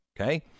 okay